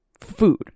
food